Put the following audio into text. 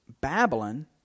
Babylon